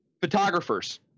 Photographers